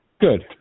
Good